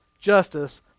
justice